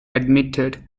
admitted